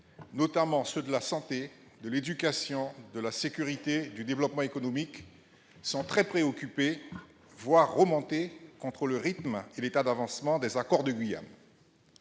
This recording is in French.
notamment ceux de la santé, de l'éducation, de la sécurité et du développement économique, sont très préoccupés, voire « remontés » contre le rythme et l'état d'avancement des accords de Guyane,